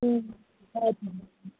ए हजुर